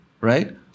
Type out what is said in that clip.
right